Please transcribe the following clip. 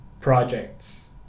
projects